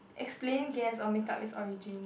explain guess or make up it's origin